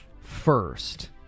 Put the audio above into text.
first